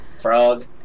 Frog